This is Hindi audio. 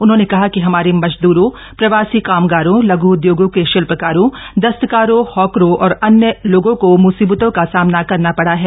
उन्होंने कहा कि हमारे मजदूरों प्रवासी कामगारों लघ् उदयोगों के शिल्पकारों दस्तकारों हॉकरों और अन्य लोगों को मुसीबतों का सामना करना पड़ा है